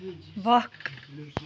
وق